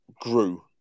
grew